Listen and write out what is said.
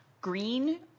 green